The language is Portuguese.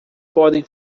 podem